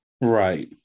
Right